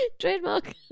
Trademark